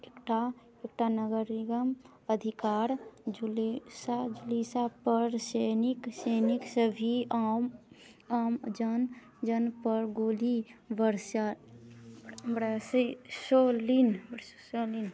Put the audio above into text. एक टा नगर निगम अधिकार जुलिसा जुलिसापर सैनिक सभी आम आमजन जनपर गोली बरसा बरसे सोल लीन बरसौलनि